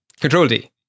Control-D